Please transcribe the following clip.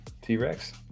T-Rex